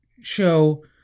show